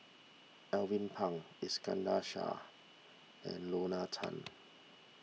Alvin Pang Iskandar Shah and Lorna Tan